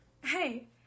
Hey